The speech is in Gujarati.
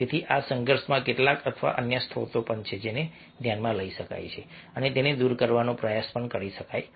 તેથી આ સંઘર્ષના કેટલાક અથવા અન્ય સ્ત્રોતો છે જેને ધ્યાનમાં લઈ શકાય છે અને તેને દૂર કરવાનો પ્રયાસ કરી શકાય છે